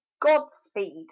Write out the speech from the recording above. Godspeed